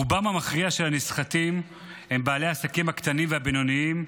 רובם המכריע של הנסחטים הם בעלי העסקים הקטנים והבינוניים,